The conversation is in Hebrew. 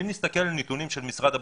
אם נסתכל על נתוני משרד הבריאות,